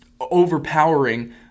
overpowering